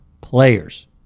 players